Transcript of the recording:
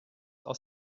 aus